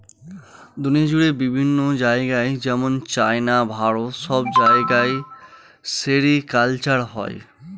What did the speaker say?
দুনিয়া জুড়ে বিভিন্ন জায়গায় যেমন চাইনা, ভারত সব জায়গায় সেরিকালচার হয়